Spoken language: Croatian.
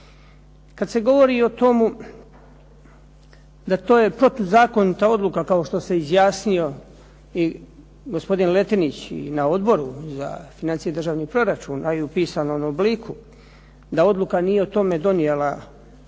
Kad se govori o tomu da je to protuzakonita odluka kao što se izjasnio i gospodin Letinić i na Odboru za financije i državni proračun, a i u pisanom obliku da odluka nije o tome donijela, uprava